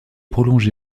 prolongé